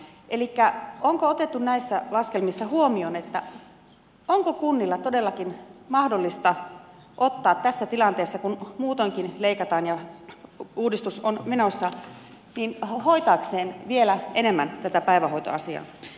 elikkä onko otettu näissä laskelmissa huomioon onko kuntien todellakin mahdollista ottaa tässä tilanteessa kun muutoinkin leikataan ja uudistus on menossa hoitaakseen vielä enemmän tätä päivähoitoasiaa